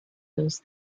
those